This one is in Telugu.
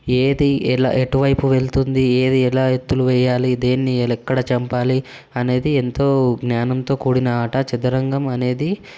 ఏది ఎ ఎటువైపు వెళుతుంది ఏది ఎలా ఎత్తులు వేయాలి దేన్ని ఎక్కడ చంపాలి అనేది ఎంతో జ్ఞానంతో కూడిన ఆట చదరంగం అనేది